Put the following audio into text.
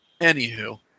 Anywho